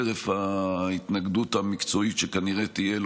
חרף ההתנגדות המקצועית שכנראה תהיה לו,